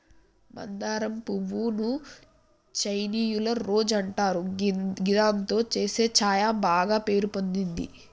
మందారం పువ్వు ను చైనీయుల రోజ్ అంటారు గిదాంతో చేసే ఛాయ బాగ పేరు పొందింది